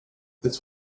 this